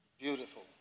Beautiful